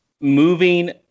Moving